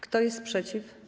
Kto jest przeciw?